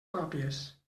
pròpies